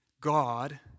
God